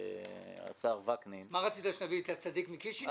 השר וקנין --- רצית שנביא את הצדיק מקישינב?